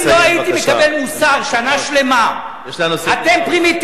אם לא הייתי מקבל מוסר שנה שלמה: אתם פרימיטיבים,